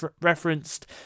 referenced